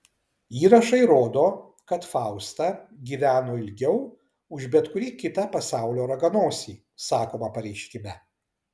įrašai rodo kad fausta gyveno ilgiau už bet kurį kitą pasaulio raganosį sakoma pareiškime